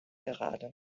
gerade